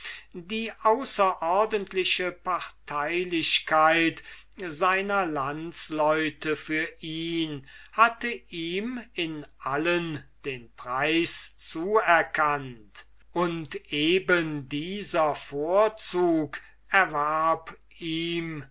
die außerordentliche parteilichkeit seiner landsleute für ihn hatte ihm in allen den preis zuerkannt und eben dieser vorzug erwarb ihm